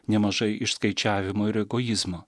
nemažai išskaičiavimo ir egoizmo